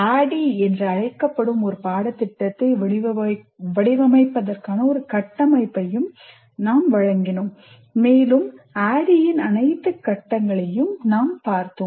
ADDIE என்று அழைக்கப்படும் ஒரு பாடத்திட்டத்தை வடிவமைப்பதற்கான ஒரு கட்டமைப்பை நாம் வழங்கினோம் மேலும் ADDIE இன் அனைத்து கட்டங்களையும் நாம் பார்த்தோம்